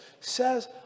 says